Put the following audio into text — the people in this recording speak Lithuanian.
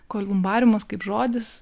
kolumbariumas kaip žodis